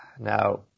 Now